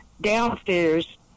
downstairs